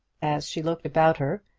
as she looked about her,